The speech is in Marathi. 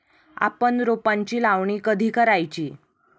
आपण रोपांची लावणी कधी करायची?